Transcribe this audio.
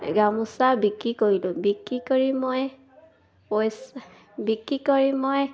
গামোচা বিক্ৰী কৰিলোঁ বিক্ৰী কৰি মই পইচা বিক্ৰী কৰি মই